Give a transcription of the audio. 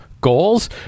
goals